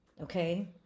okay